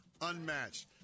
unmatched